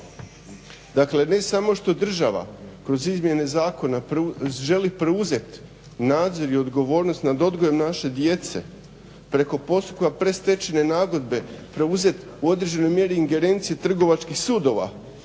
Dakle ne samo što država kroz izmjene zakona želi preuzet nadzor i odgovornost nad odgojem naše djece, preko postupka predstečajne nagodbe preuzet u određenoj mjeri ingerencije trgovačkih sudova